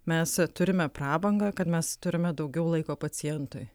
mes turime prabangą kad mes turime daugiau laiko pacientui